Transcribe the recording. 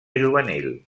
juvenil